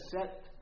set